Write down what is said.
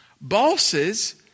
Bosses